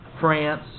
France